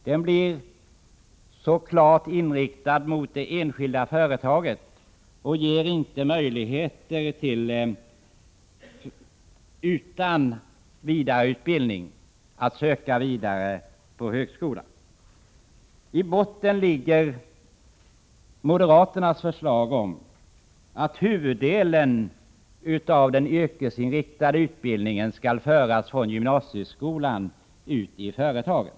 Denna blir klart inriktad mot det enskilda företaget och ger inte möjlighet att utan vidare söka in på högskola. I botten ligger moderaternas förslag om att huvuddelen av den yrkesinriktade utbildningen skall föras från gymnasieskolan ut i företagen.